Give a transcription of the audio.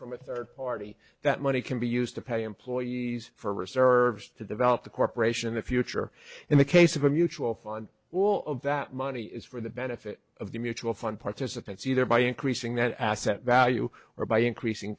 from a third party that money can be used to pay employees for reserves to develop the corporation in the future in the case of a mutual fund all of that money is for the benefit of the mutual fund participants either by increasing that asset value or by increasing